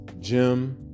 jim